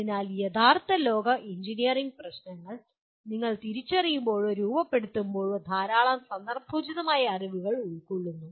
അതിനാൽ യഥാർത്ഥ ലോക എഞ്ചിനീയറിംഗ് പ്രശ്നങ്ങൾ നിങ്ങൾ തിരിച്ചറിയുമ്പോഴോ രൂപപ്പെടുത്തുമ്പോഴോ ധാരാളം സന്ദർഭോചിതമായ അറിവുകൾ ഉൾക്കൊള്ളുന്നു